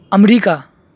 America